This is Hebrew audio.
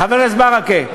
חבר הכנסת ברכה,